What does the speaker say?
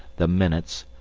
the minutes,